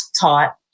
taught